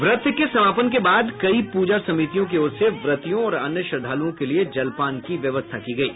व्रत के समापन के बाद कई प्रजा समितियों की ओर से व्रतियों और अन्य श्रद्वालुओं के लिये जलपान की व्यवस्था की गयी